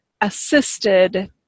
assisted